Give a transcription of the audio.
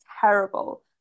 terrible